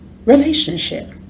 relationship